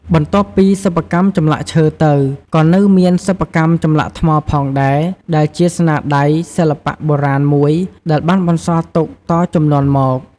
បន្ទាប់ពីសិប្បកម្មចម្លាក់ឈើទៅក៏នៅមានសិប្បកម្មចម្លាក់ថ្មផងដែរដែលជាស្នាដៃ សិល្បៈបុរាណមួយដែលបានបន្សល់ទុកតជំនាន់មក។